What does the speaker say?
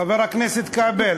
חבר הכנסת כבל,